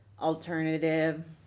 alternative